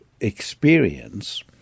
experience